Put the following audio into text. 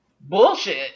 bullshit